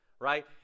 right